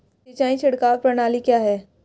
सिंचाई छिड़काव प्रणाली क्या है?